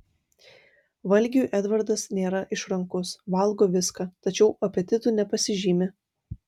valgiui edvardas nėra išrankus valgo viską tačiau apetitu nepasižymi